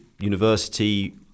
university